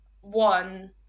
one